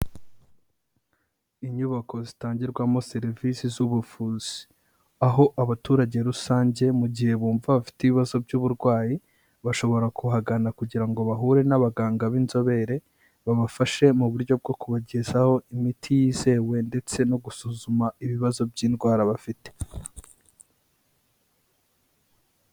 Inyubako zitangirwamo serivisi z'ubuvuzi aho abaturage rusange mu gihe bumva bafite ibibazo by'uburwayi bashobora kuhagana kugira ngo bahure n'abaganga b'inzobere, babafashe mu buryo bwo kubagezaho imiti yizewe ndetse no gusuzuma ibibazo by'indwara bafite.